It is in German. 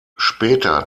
später